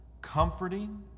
comforting